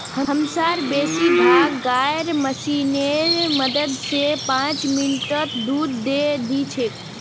हमसार बेसी भाग गाय मशीनेर मदद स पांच मिनटत दूध दे दी छेक